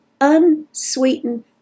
unsweetened